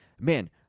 Man